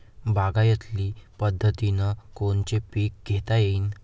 बागायती पद्धतीनं कोनचे पीक घेता येईन?